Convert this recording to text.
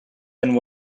and